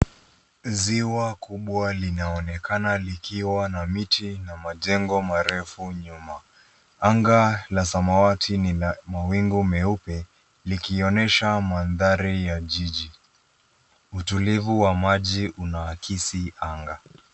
Ziwa kubwa linaonekana likiwa na miti na majengo marefu nyuma. Anga la samawati ni la mawingu meupe likionyesha mandhari ya jiji. Utulivu wa maji unaakisi anga.